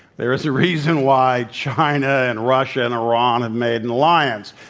there is a reason why china, and russia, and iran have made an alliance.